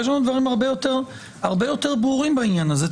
יש לנו דברים הרבה יותר ברורים בעניין הזה.